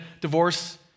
divorce